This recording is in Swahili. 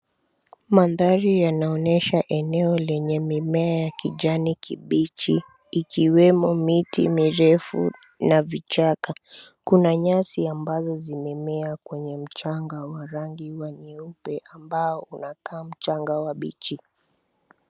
Maandhari yanaonyesha eneo lenye mimea ya kijani kibichi ikiwemo miti mirefu na vichaka. Kuna nyasi ambazo zimemea kwenye mchanga wa rangi wa nyeupe ambao unakaa mchanga wa bichi.